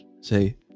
say